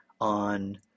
on